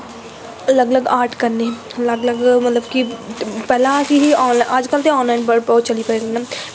अलग अलग आर्ट करने मतलव कि अज्ज कल ते ऑनलाइन बौह्त चली पेदे नै